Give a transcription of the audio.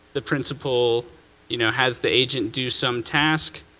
the principal you know has the agent do some task.